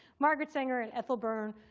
margaret sanger and ethel byrne,